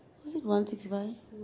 is it one six five